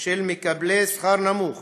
של מקבלי שכר נמוך